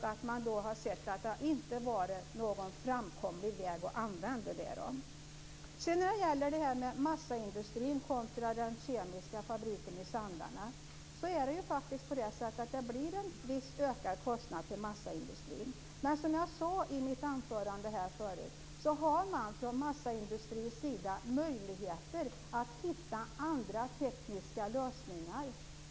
Detta har alltså inte varit någon framkomlig väg. När det gäller massaindustrin kontra den kemiska fabriken i Sandarne blir det en viss ökad kostnad för massaindustrin. Men som jag sade i mitt anförande har man från massaindustrin möjlighet att hitta andra tekniska lösningar.